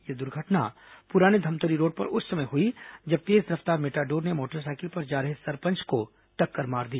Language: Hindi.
यह दुर्घटना पुराने धमतरी रोड पर उस समय हुई जब तेज रफ्तार मेटाडोर ने मोटरसाइकिल पर जा रहे सरपंच को टक्कर मार दी